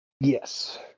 Yes